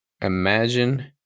Imagine